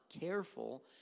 careful